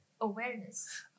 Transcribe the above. awareness